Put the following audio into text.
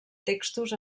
textos